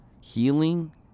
healing